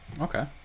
Okay